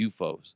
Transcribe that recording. UFOs